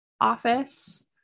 office